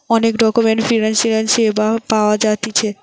অনেক রকমের ফিনান্সিয়াল সেবা পাওয়া জাতিছে